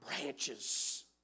branches